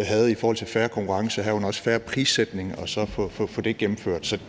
havde i forhold til fair konkurrence, herunder også fair prissætning, og så få det gennemført.